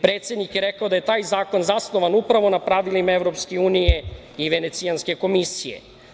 Predsednik je rekao da je taj zakon zasnovan upravo na pravilima Evropske unije i Venecijanske komisije.